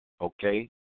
okay